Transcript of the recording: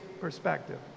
perspective